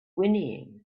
whinnying